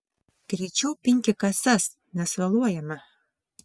greičiau pinki kasas nes vėluojame